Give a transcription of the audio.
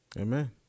amen